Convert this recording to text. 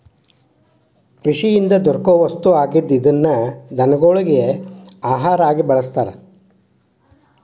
ಕೃಷಿಯಿಂದ ದೊರಕು ವಸ್ತು ಆಗಿದ್ದ ಇದನ್ನ ದನಗೊಳಗಿ ಆಹಾರಾ ಆಗಿ ಬಳಸ್ತಾರ